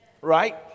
Right